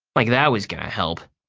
like that was going to help.